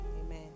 Amen